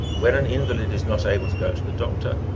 when an invalid is not able to go to the doctor,